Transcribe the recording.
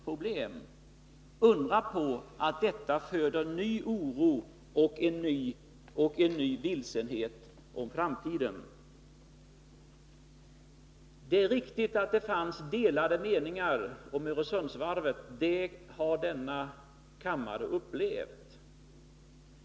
Inte att undra på att detta föder vilsenhet och oro för framtiden! Det är riktigt att det fanns delade meningar om Öresundsvarvet: det har denna kammare upplevt.